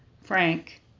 Frank